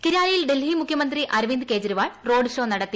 കിരാലിയിൽ ഡൽഹി മുഖ്യമന്ത്രി Arvind Kejriwal road show നടത്തി